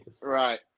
right